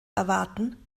erwarten